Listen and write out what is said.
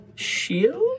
shield